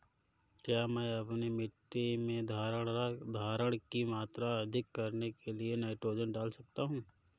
क्या मैं अपनी मिट्टी में धारण की मात्रा अधिक करने के लिए नाइट्रोजन डाल सकता हूँ?